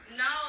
no